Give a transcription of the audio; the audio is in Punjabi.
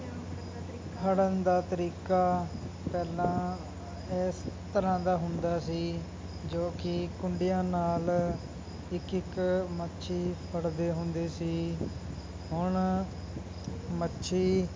ਫੜਨ ਦਾ ਤਰੀਕਾ ਪਹਿਲਾਂ ਇਸ ਤਰ੍ਹਾਂ ਦਾ ਹੁੰਦਾ ਸੀ ਜੋ ਕਿ ਕੁੰਡਿਆਂ ਨਾਲ ਇੱਕ ਇੱਕ ਮੱਛੀ ਫੜਦੇ ਹੁੰਦੇ ਸੀ ਹੁਣ ਮੱਛੀ